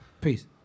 Peace